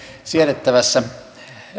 siedettävässä